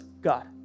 God